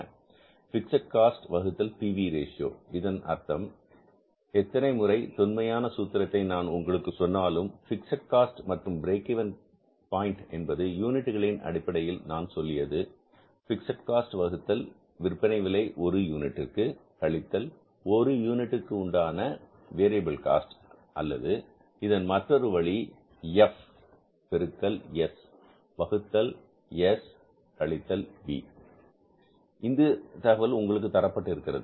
fixed cost வகுத்தல் P V ratio இதன் அர்த்தம் எத்தனை முறை தொன்மையான சூத்திரத்தை நான் உங்களுக்கு சொன்னாலும் பிக்ஸட் காஸ்ட் மற்றும் பிரேக் இவென் பாயின்ட் என்பது யூனிட்டிகளின் அடிப்படையில் நான் சொல்லியது பிக்ஸட் காஸ்ட் வகுத்தல் விற்பனை விலை ஒரு யூனிட்டிற்கு கழித்தல் ஒரு யூனிட் உண்டான வேரியபில் காஸ்ட் அல்லது இதன் மற்றொரு வழி எஃப் பெருக்கல் எஸ் வகுத்தல் எஸ் கழித்தல் வி இந்த தகவல் உங்களுக்கு தரப்பட்டிருக்கிறது